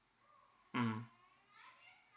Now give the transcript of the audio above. mm